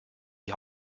die